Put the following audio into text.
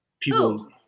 people